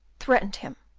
threatened him,